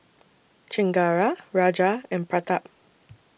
Chengara Raja and Pratap